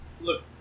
look